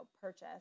purchase